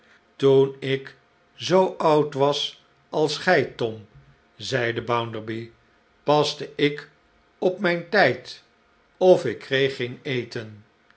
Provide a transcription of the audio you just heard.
toen ik zoo pud was als gij tom zeide bounderby paste ik op mijn tijd of ik kreeg geen eten